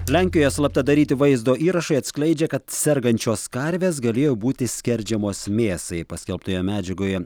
lenkijoje slapta daryti vaizdo įrašai atskleidžia kad sergančios karvės galėjo būti skerdžiamos mėsai paskelbtoje medžiagoje